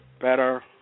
better